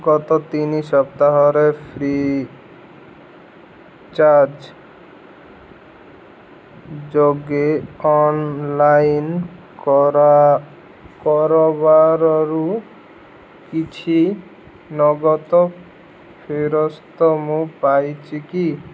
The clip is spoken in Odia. ଗତ ତିନି ସପ୍ତାହରେ ଫ୍ରି ଚାର୍ଜ୍ ଯୋଗେ ଅନ୍ ଲାଇନ୍ କରା କରବାରରୁ କିଛି ନଗଦ ଫେରସ୍ତ ମୁଁ ପାଇଛି କି